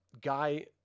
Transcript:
guy